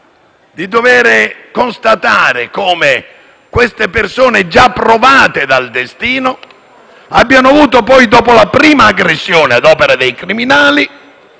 di dover constatare come queste persone, già provate dal destino, abbiano avuto, dopo la prima aggressione ad opera dei criminali,